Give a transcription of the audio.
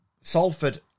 Salford